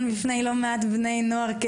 כדוגמה אישית בפני לא מעט בני נוער.